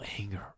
anger